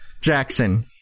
Jackson